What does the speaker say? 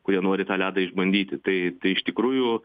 kurie nori tą ledą išbandyti tai iš tikrųjų